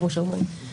כמו שאומרים.